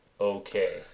okay